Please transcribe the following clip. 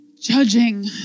judging